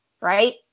right